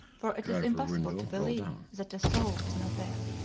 for it is impossible to believe that a soul is not there.